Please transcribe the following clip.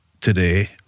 today